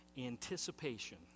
anticipation